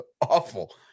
awful